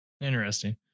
interesting